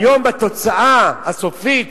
היום, בתוצאה הסופית